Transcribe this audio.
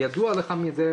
ידוע לך מזה,